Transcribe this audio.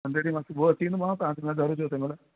Sunday ॾींहुं मां सुबुह जो अची वेंदोमांव तव्हां वटि ॾह बजे जो चयंदुव त